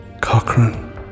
Cochrane